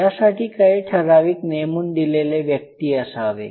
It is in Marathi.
यासाठी काही ठराविक नेमून दिलेले व्यक्ती असावे